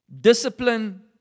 discipline